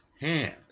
hand